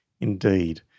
indeed